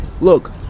Look